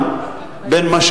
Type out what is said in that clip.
(11), 53(13), 53(15)